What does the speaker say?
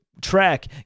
track